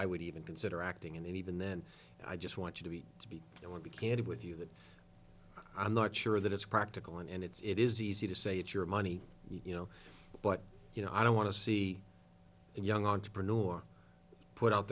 i would even consider acting and even then i just want you to be to be it will be candid with you that i'm not sure that it's practical and it's it is easy to say it's your money you know but you know i don't want to see a young entrepreneur put out